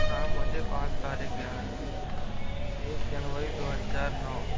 हाँ मुझे पाँच तारीख याद हैं एक जनवरी दो हज़ार नौ